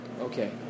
Okay